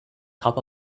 cup